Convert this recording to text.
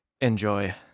enjoy